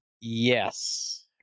Yes